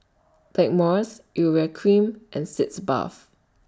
Blackmores Urea Cream and Sitz Bath